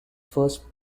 first